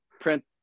print